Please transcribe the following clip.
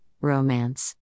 Romance